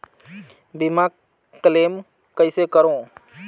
बीमा क्लेम कइसे करों?